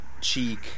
cheek